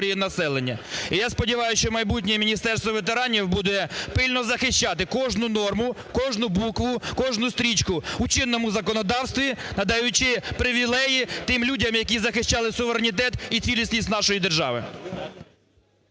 я сподіваюсь, що майбутнє Міністерство ветеранів буде пильно захищати кожну норму, кожну букву, кожну стрічку у чинному законодавстві, надаючи привілеї тим людям, які захищали суверенітет і цілісність нашої держави.